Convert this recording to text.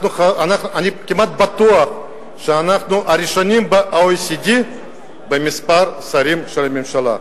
אני כמעט בטוח שאנחנו הראשונים ב-OECD במספר השרים בממשלה.